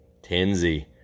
Tinsy